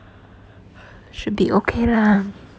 should be okay lah